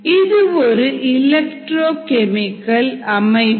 இதுவொரு electrochemical அமைப்பு